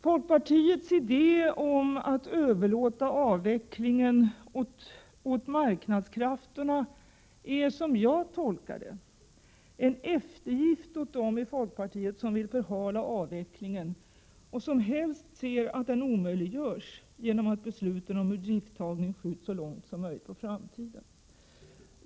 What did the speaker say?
Folkpartiets idé om att överlåta avvecklingen på marknadskrafterna är, som jag tolkar det, en eftergift åt dem i folkpartiet som vill förhala avvecklingen och som helst ser att den omöjliggörs genom att beslutet om urdrifttagande skjuts så långt som möjligt på framtiden.